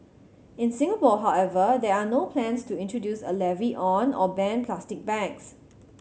in Singapore however there are no plans to introduce a levy on or ban plastic bags